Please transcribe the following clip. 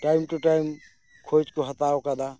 time to time ᱠᱷᱳᱡᱽ ᱠᱚ ᱦᱟᱛᱟᱣ ᱟᱠᱟᱫᱟ